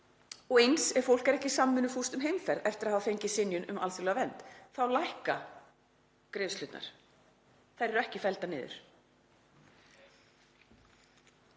og eins ef fólk er ekki samvinnufúst um heimferð eftir að hafa fengið synjun um alþjóðlega vernd; þá lækka greiðslurnar, þær eru ekki felldar niður.